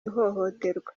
ihohoterwa